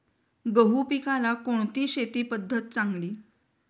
गहू पिकाला कोणती शेती पद्धत चांगली?